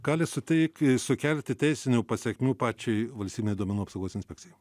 gali suteiki sukelti teisinių pasekmių pačiai valstybinei duomenų apsaugos inspekcijai